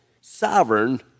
sovereign